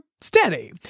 steady